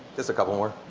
just a couple more.